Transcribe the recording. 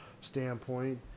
standpoint